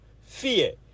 fear